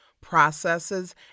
processes